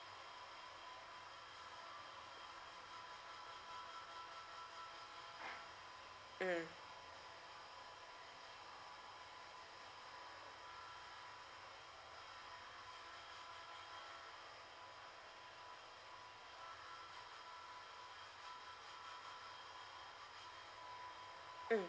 mm mm